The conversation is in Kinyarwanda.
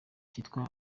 cyitwa